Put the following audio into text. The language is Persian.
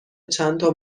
چندتا